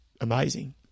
amazing